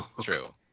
true